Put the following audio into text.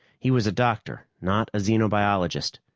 he was a doctor, not a xenobiologist.